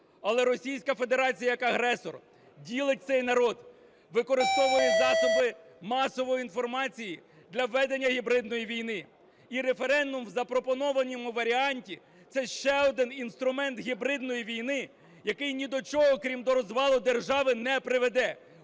але Російська Федерація як агресор ділить цей народ, використовує засоби масової інформації для ведення гібридної війни. І референдум у запропонованому варіанті – це ще один інструмент гібридної війни, який ні до чого, крім до розвалу держави, не приведе.